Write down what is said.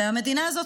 והמדינה הזאת,